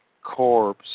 corps